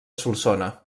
solsona